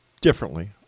Differently